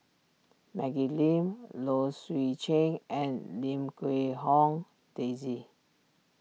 Maggie Lim Low Swee Chen and Lim Quee Hong Daisy